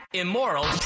immoral